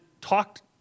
talked